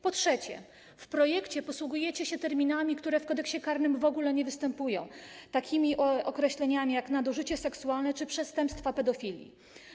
Po trzecie, w projekcie posługujecie się terminami, które w Kodeksie karnym w ogóle nie występują, takimi określeniami jak nadużycie seksualne czy przestępstwa pedofilii.